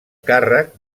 càrrec